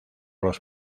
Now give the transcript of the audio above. los